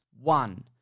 One